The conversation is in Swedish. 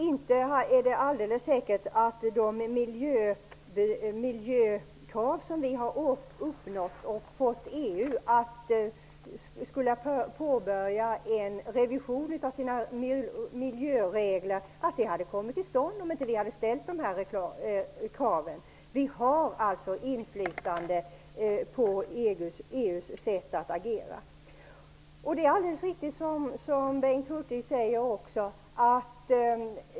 Inte är det alldeles säkert att EU hade påbörjat en revision av sina miljöregler om inte vi hade ställt våra krav. Vi har alltså inflytande på EU:s sätt att agera. Det är alldeles riktigt som Bengt Hurtig säger.